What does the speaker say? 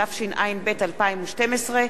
התשע"ב 2012,